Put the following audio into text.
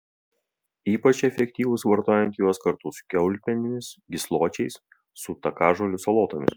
ypač efektyvūs vartojant juos kartu su kiaulpienėmis gysločiais su takažolių salotomis